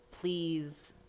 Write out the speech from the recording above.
please